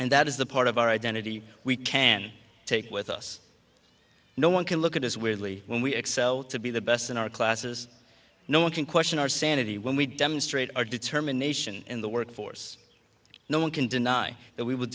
and that is the part of our identity we can take with us no one can look at us weirdly when we excel to be the best in our classes no one can question our sanity when we demonstrate our determination in the work force no one can deny that we w